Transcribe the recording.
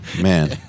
Man